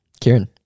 Kieran